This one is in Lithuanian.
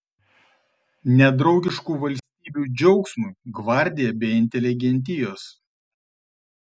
nedraugiškų valstybių džiaugsmui gvardija be inteligentijos